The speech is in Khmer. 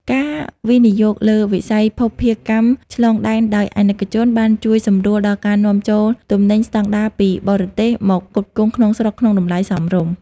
ការវិនិយោគលើវិស័យភស្តុភារកម្មឆ្លងដែនដោយអាណិកជន បានជួយសម្រួលដល់ការនាំចូលទំនិញស្ដង់ដារពីបរទេសមកផ្គត់ផ្គង់ក្នុងស្រុកក្នុងតម្លៃសមរម្យ។